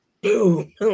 boom